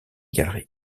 galeries